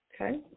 okay